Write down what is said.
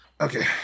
okay